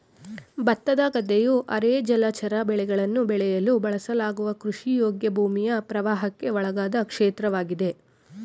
ಭತ್ತದ ಗದ್ದೆಯು ಅರೆ ಜಲಚರ ಬೆಳೆಗಳನ್ನು ಬೆಳೆಯಲು ಬಳಸಲಾಗುವ ಕೃಷಿಯೋಗ್ಯ ಭೂಮಿಯ ಪ್ರವಾಹಕ್ಕೆ ಒಳಗಾದ ಕ್ಷೇತ್ರವಾಗಿದೆ